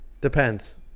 Depends